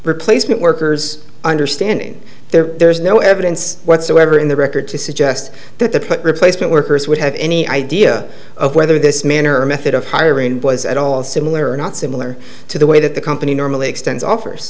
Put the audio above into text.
replacement workers understanding there there's no evidence whatsoever in the record to suggest that the put replacement workers would have any idea of whether this man or method of hiring was at all similar or not similar to the way that the company normally extends offers